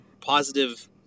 positive